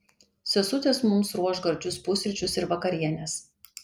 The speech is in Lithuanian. sesutės mums ruoš gardžius pusryčius ir vakarienes